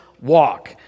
walk